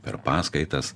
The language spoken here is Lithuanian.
per paskaitas